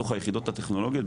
בתוך היחידות הטכנולוגיות,